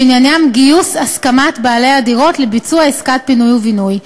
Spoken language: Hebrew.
שעניינם גיוס הסכמת בעלי הדירות לביצוע עסקת פינוי ובינוי,